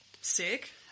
Sick